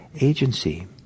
agency